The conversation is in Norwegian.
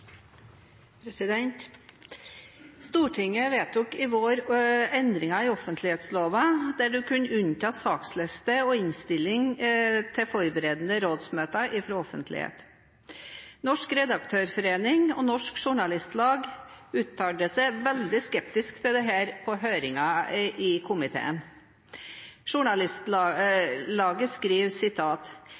tidspunkt. Stortinget vedtok i vår endringer i offentlighetsloven, der en kunne unnta saksliste og innstilling til forberedende rådsmøter fra offentlighet. Norsk Redaktørforening og Norsk Journalistlag uttalte seg veldig skeptisk til dette på høringen i komiteen. Journalistlaget skriver: